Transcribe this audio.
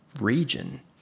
region